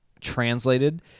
translated